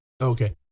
Okay